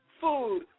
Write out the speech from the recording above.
food